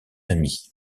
ami